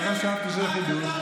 לא חשבתי שזה חידוש.